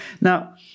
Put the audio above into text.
Now